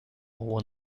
when